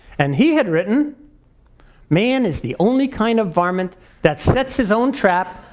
and he had written man is the only kind of varmint that sets his own trap,